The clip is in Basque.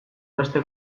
beste